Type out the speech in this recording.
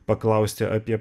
paklausti apie